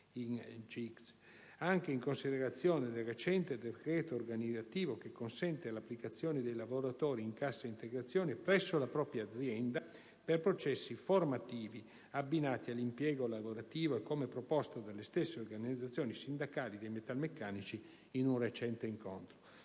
anche in considerazione del recente decreto governativo che consente l'applicazione dei lavoratori in CIGS presso la propria azienda per processi formativi abbinati all'impiego lavorativo e come proposto dalle stesse organizzazioni sindacali dei metalmeccanici in un recente confronto